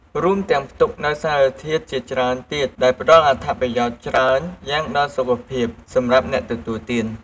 រួមទាំងផ្ទុកនូវសារធាតុជាច្រើនទៀត ដែលផ្ដល់អត្ថប្រយោជន៍ច្រើនយ៉ាងដល់សុខភាពសម្រាប់អ្នកទទួលទាន។